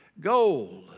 Gold